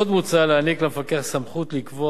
עוד מוצע להעניק למפקח סמכות לקבוע